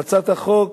להצעת החוק